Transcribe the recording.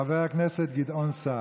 חבר הכנסת גדעון סער.